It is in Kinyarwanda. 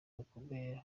bakomeye